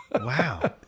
Wow